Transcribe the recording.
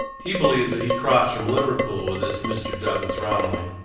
he believes that he crossed from liverpool with this mr. douglas romilly,